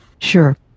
Sure